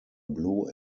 blue